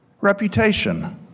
reputation